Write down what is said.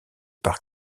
par